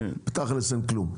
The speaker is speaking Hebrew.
ותכל'ס אין כלום.